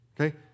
Okay